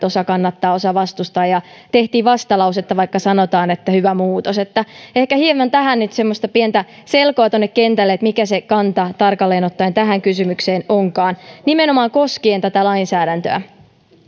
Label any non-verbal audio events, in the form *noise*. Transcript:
*unintelligible* osa kannattaa osa vastustaa ja tehtiin vastalausetta vaikka sanotaan että hyvä muutos ehkä hieman tähän nyt semmoista pientä selkoa tuonne kentälle mikä se kanta tarkalleen ottaen tähän kysymykseen onkaan nimenomaan koskien tätä lainsäädäntöä